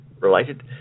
related